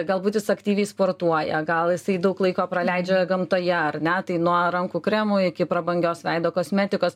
galbūt jis aktyviai sportuoja gal jisai daug laiko praleidžia gamtoje ar ne tai nuo rankų kremų iki prabangios veido kosmetikos